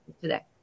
today